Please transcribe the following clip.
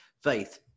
faith